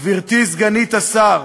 גברתי סגנית השר,